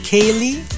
Kaylee